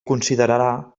considerarà